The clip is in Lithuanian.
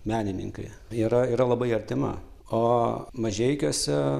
menininkai yra yra labai artima o mažeikiuose